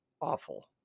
awful